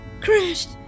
crashed